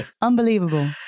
unbelievable